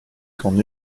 qu’en